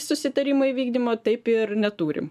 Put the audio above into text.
susitarimo įvykdymo taip ir neturim